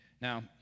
Now